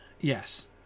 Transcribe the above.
Yes